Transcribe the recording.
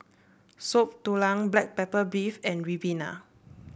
Soup Tulang Black Pepper Beef and Ribena